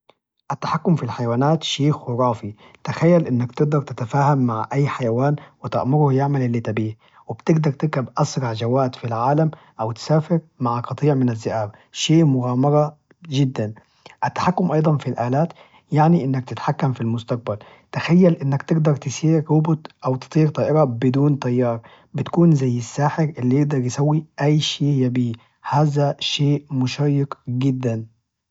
التحكم في الحيوانات شيء خرافي، تخيل إنك تقدر تتفاهم مع أي حيوان وتأمره يعمل إللي تبيه، وبتقدر تركب أسرع جواد في العالم، أو تسافر مع قطيع من الزئاب شيء مغامرة جدا، التحكم أيضا في الآلات يعني إنك تتحكم في المستقبل، تخيل إنك تقدر تسير روبوت، أو تطير طائرة بدون طيار بتكون زي الساحر إللي يقدر يسوي أي شيء يبيه هذا شيء مشوق جدا.